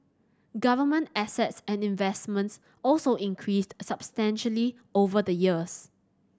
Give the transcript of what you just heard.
government assets and investments also increased substantially over the years